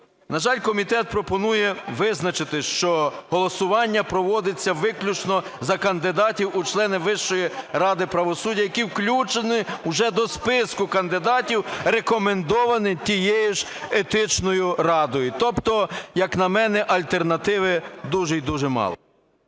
На жаль, комітет пропонує визначити, що голосування проводиться виключно за кандидатів у члени Вищої ради правосуддя, які включені вже до списку кандидатів рекомендовані тією ж Етичною радою. Тобто, як на мене, альтернативи дуже і дуже мало.